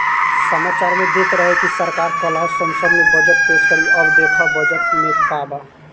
सामाचार में देत रहे की सरकार काल्ह संसद में बजट पेस करी अब देखऽ बजट में का बा